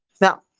Now